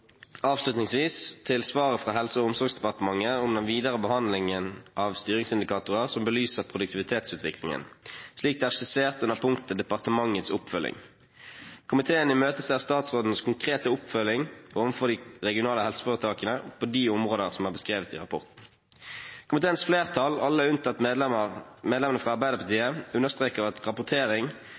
avslutningsvis til svaret fra Helse- og omsorgsdepartementet om den videre behandlingen av styringsindikatorer som belyser produktivitetsutviklingen, slik det er skissert under punktet «Departementets oppfølging». Komiteen imøteser statsrådens konkrete oppfølging overfor de regionale helseforetakene på de områder som er beskrevet i rapporten. Komiteens flertall, alle unntatt medlemmene fra Arbeiderpartiet, understreker at rapportering,